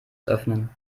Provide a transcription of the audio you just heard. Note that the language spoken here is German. öffnen